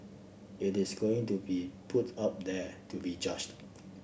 it is going to be put out there to be judged